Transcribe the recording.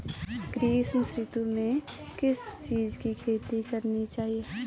ग्रीष्म ऋतु में किस चीज़ की खेती करनी चाहिये?